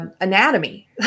anatomy